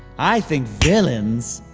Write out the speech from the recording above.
i think villains.